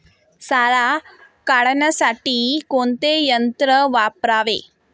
सारा काढण्यासाठी कोणते यंत्र वापरावे?